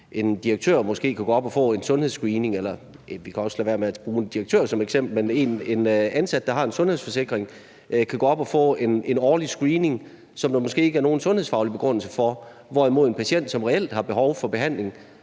en direktør eller en ansat, der har en sundhedsforsikring – vi kan også lade være med at bruge en direktør som eksempel – måske kan gå op og få en årlig sundhedsscreening, som der måske ikke er nogen sundhedsfaglig begrundelse for, hvorimod en patient, som reelt har behov for behandling,